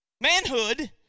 manhood